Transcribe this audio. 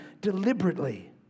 deliberately